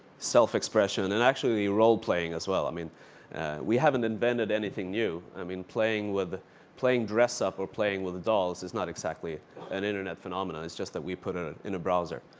self expression, and and actually role playing as well. i mean we haven't invented anything new. i mean, playing playing dress up, or playing with dolls, is not exactly an internet phenomenon. it's just that we put it ah in a browser.